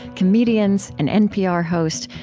comedians, an npr host,